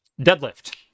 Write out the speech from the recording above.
deadlift